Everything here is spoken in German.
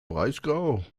breisgau